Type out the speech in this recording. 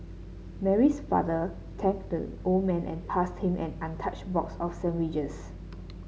Mary's father thanked the old man and passed him an untouched box of sandwiches